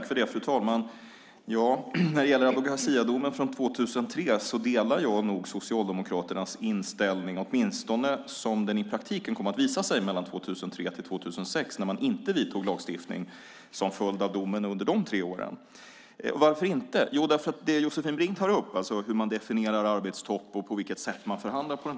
Fru talman! När det gäller Abu Garcia-domen från 2003 delar jag Socialdemokraternas inställning, åtminstone som den i praktiken kommit att visa sig mellan 2003 och 2006 när man inte vidtog lagstiftning till följd av domen under de tre åren. Varför inte? Jo, Josefin Brink tar upp hur man definierar arbetstopp och på vilket sätt man förhandlar.